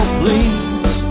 please